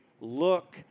look